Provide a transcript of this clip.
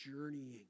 journeying